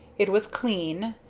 it was clean,